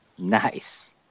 Nice